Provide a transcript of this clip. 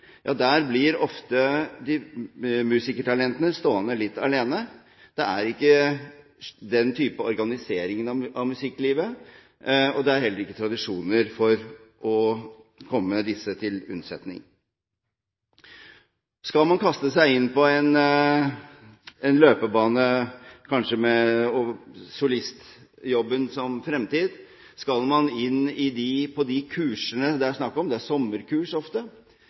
blir ofte musikertalentene stående litt alene. Det er ikke den typen organisering av musikklivet, og det er heller ikke tradisjoner for å komme disse til unnsetning. Skal man kaste seg inn på en løpebane, kanskje med en solistjobb som fremtid, og skal man inn på de kursene det er snakk om – det er ofte sommerkurs,